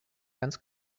ganz